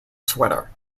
sweater